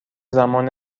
زمان